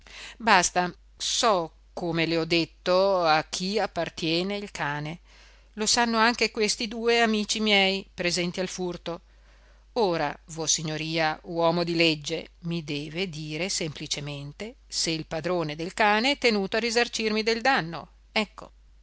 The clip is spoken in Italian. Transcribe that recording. basta so come le ho detto a chi appartiene il cane lo sanno anche questi due amici miei presenti al furto ora vossignoria uomo di legge mi deve dire semplicemente se il padrone del cane è tenuto a risarcirmi del danno ecco